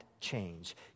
change